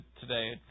today